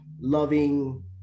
loving